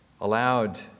allowed